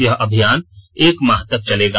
यह अभियान एक माह तक चलेगा